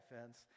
fence